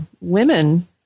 women